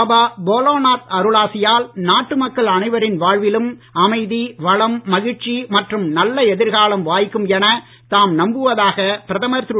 பாபா போலேநாத் அருளாசியால் நாட்டு மக்கள் அனைவரின் வாழ்விலும் அமைதி வளம் மகிழ்ச்சி மற்றும் நல்ல எதிர்க்காலம் வாய்க்கும் என தாம் நம்புவதாக பிரதமர் திரு